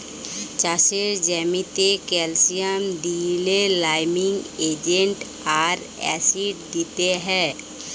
চাষের জ্যামিতে ক্যালসিয়াম দিইলে লাইমিং এজেন্ট আর অ্যাসিড দিতে হ্যয়